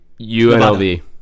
UNLV